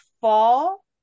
fall